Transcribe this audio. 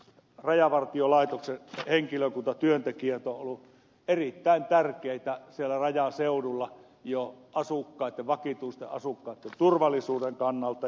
rajavartiolaitoksen henkilökunta työntekijät on ollut erittäin tärkeä asia siellä rajaseudulla jo vakituisten asukkaitten turvallisuuden kannalta